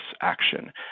action